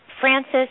Francis